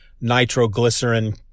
nitroglycerin